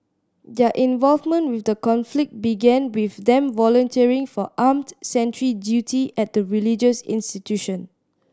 their involvement with the conflict began with them volunteering for armed sentry duty at the religious institution